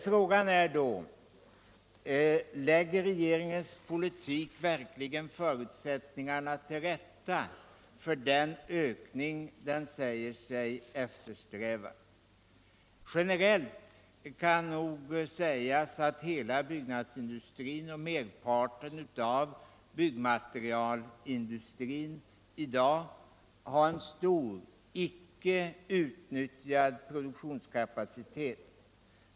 Frågan är då: Lägger regeringens politik verkligen förutsättningarna till rätta för den ökning den säger sig eftersträva? Generellt kan nog sägas att hela byggnadsindustrin och merparten av byggnadsmaterialindustrin i dag har en stor icke utnyttjad produktionskapacitet.